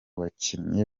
bakinnyi